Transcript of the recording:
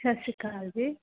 ਸਤਿ ਸ਼੍ਰੀ ਅਕਾਲ ਜੀ